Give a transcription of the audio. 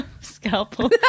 Scalpel